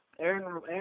Aaron